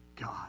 God